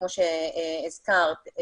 כמו שהזכרת,